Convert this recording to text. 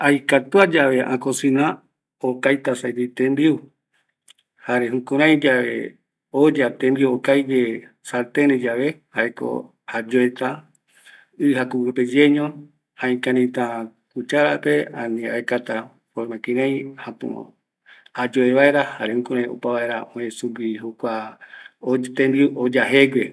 Aikatua yave akocina okaita segui tembiu, jare jukuraiyave, oya tembiu okaigue sartenre yave, jaeko ayoeta, ɨ jakugue peyeño, aɨkarita cucharape, aekata kirai ayoe vaera, jare opa aekɨ vaera sugui jokua tembiu oya jeegue